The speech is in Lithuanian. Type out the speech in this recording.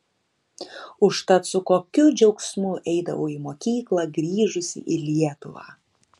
užtat su kokiu džiaugsmu eidavau į mokyklą grįžusi į lietuvą